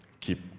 keep